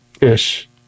Ish